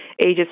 ages